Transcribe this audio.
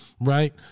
Right